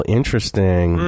interesting